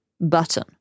button